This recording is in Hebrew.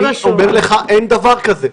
אני אומר לך שאין דבר כזה.